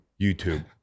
YouTube